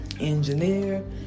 engineer